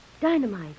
Dynamite